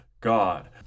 God